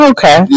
Okay